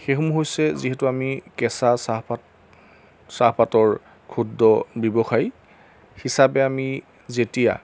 সেইসমূহ হৈছে যিহেতু আমি কেঁচা চাহপাত চাহপাতৰ ক্ষুদ্ৰ ব্যৱসায়ী হিচাপে আমি যেতিয়া